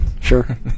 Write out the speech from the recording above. Sure